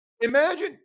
imagine